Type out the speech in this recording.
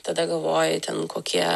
tada galvoji ten kokie